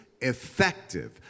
effective